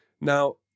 Now